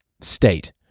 state